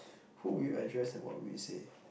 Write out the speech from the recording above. who would you address and what would you say